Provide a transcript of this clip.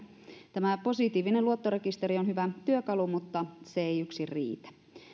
tämä positiivinen luottorekisteri on hyvä työkalu mutta se ei yksin riitä